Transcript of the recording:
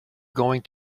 going